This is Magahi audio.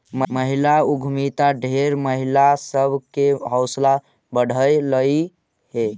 महिला उद्यमिता ढेर महिला सब के हौसला बढ़यलई हे